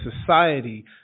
society